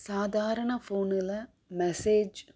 சாதாரண ஃபோனில் மெசேஜ்